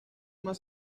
más